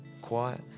quiet